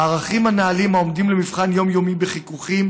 הערכים הנעלים עומדים למבחן יומיומי בחיכוכים